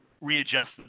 readjust